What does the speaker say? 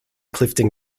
clifton